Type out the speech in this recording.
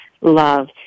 Love